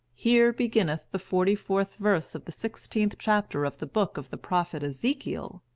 here beginneth the forty-fourth verse of the sixteenth chapter of the book of the prophet ezekiel,